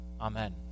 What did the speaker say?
Amen